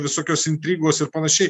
visokios intrigos ir panašiai